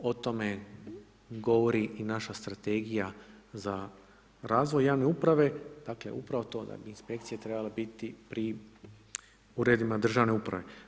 O tome govori i naša strategija za razvoj javne uprave, dakle, upravo to da bi Inspekcije trebale biti pri Uredima državne uprave.